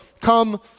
come